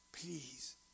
Please